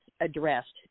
addressed